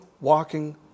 walking